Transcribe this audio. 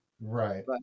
Right